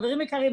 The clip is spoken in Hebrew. חברים יקרים,